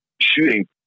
shooting